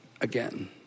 again